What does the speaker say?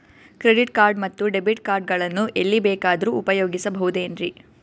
Credit card ಮತ್ತು debit card ಗಳನ್ನು ಎಲ್ಲಿ ಬೇಕಾದ್ರು ಉಪಯೋಗಿಸಬಹುದೇನ್ರಿ?